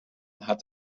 hat